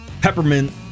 peppermint